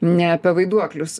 ne apie vaiduoklius